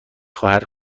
خواهر